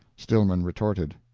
stillman retorted.